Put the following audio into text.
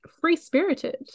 free-spirited